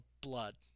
blood